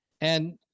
And-